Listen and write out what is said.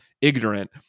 ignorant